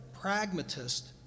pragmatist